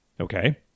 Okay